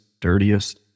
dirtiest